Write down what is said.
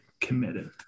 committed